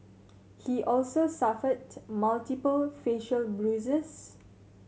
he also suffered multiple facial bruises